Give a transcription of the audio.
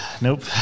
nope